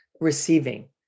receiving